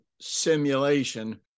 simulation